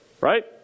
Right